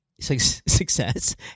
success